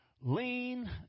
Lean